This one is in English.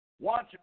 watch